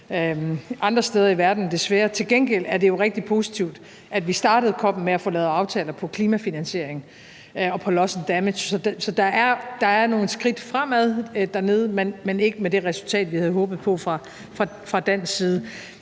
andre steder i verden, desværre. Til gengæld er det jo rigtig positivt, at vi startede COP'en med at få lavet aftaler på klimafinansiering og på loss and damage. Så der er nogle skridt fremad dernede, men ikke med det resultat, vi havde håbet på fra dansk side.